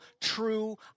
true